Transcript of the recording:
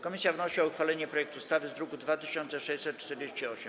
Komisja wnosi o uchwalenie projektu ustawy z druku nr 2648.